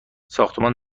ساختمان